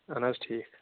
اَہَن حظ ٹھیٖک